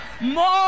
More